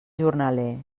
jornaler